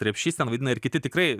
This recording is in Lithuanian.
repšys ten vaidina ir kiti tikrai